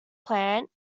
plant